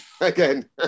again